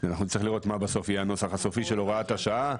אנחנו נצטרך לראות מה בסוף יהיה הנוסח הסופי של הוראת השעה,